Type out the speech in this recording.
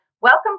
welcome